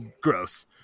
gross